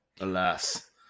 Alas